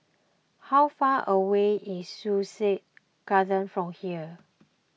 how far away is Sussex Garden from here